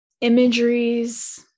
imageries